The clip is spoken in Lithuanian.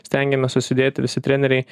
stengiamės susidėti visi treneriai